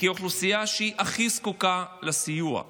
כאוכלוסייה שהיא הכי זקוקה לסיוע.